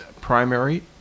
primary